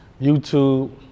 YouTube